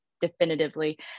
definitively